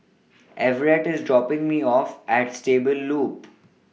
Everette IS dropping Me off At Stable Loop